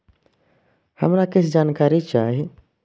हमरा कीछ जानकारी चाही